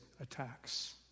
attacks